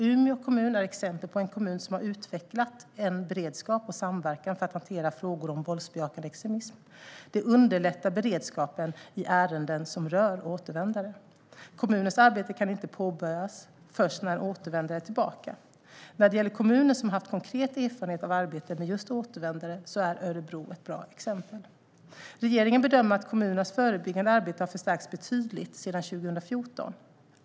Umeå är ett exempel på en kommun som har utvecklat en beredskap och samverkan för att hantera frågor om våldsbejakande extremism. Det underlättar beredskapen i ärenden som rör återvändare. Kommunens arbete kan inte påbörjas först när en återvändare är tillbaka. När det gäller kommuner som har konkret erfarenhet av arbete med just återvändare är Örebro ett bra exempel. Regeringen bedömer att kommunernas förebyggande arbete har förstärkts betydligt sedan 2014.